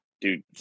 dude